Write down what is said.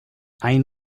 ein